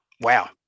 Wow